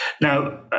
Now